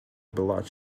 blood